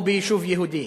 או ביישוב יהודי.